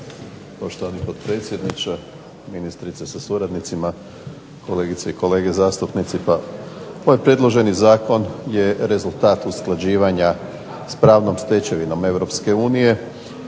Poštovani potpredsjedniče, ministrice sa suradnicima, kolegice i kolege zastupnici. Ovaj predloženi zakon je rezultat usklađivanja s pravnom stečevinom